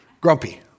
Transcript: grumpy